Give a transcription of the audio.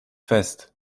fest